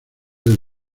del